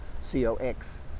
C-O-X